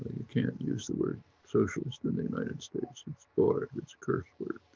you can't use the word socialist in the united states, and it's barred, it's a curse word.